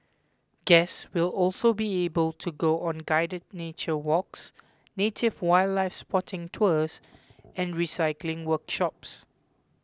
guests will also be able to go on guided nature walks native wildlife spotting tours and recycling workshops